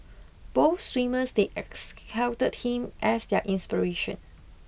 both swimmers they exalted him as their inspiration